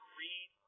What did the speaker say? read